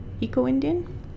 Eco-Indian